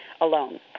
alone